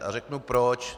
A řeknu proč.